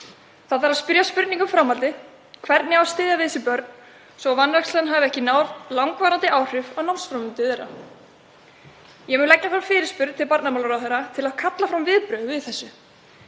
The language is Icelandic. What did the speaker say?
Það þarf að spyrja spurninga um framhaldið: Hvernig á að styðja við þessi börn svo vanrækslan hafi ekki langvarandi áhrif á námsframvindu þeirra? Ég mun leggja fram fyrirspurn til barnamálaráðherra til að kalla fram viðbrögð við þessu.